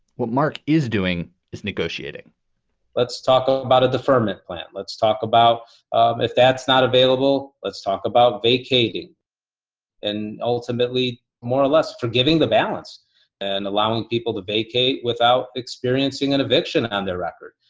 what mark is doing is negotiating let's talk about a deferment plan. let's talk about um if that's not available. let's talk about vacating and ultimately more or less forgiving the balance and allowing people to vacate without experiencing an eviction on their record,